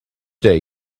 day